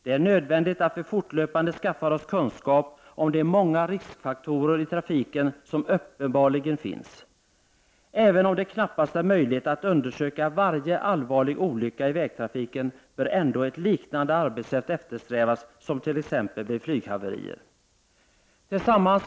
Det är nödvändigt att vi fortlöpande skaffar oss kunskap om de många riskfaktorer i trafiken som uppenbarligen finns. Även om det knappast är möjligt att undersöka varje allvarlig olycka i vägtrafiken, bör ett arbetssätt eftersträvas som liknar det som tillämpas vid t.ex. flyghaverier.